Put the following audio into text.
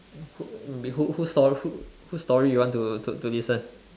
who be who who's who's story you want to to listen